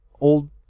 old